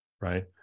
right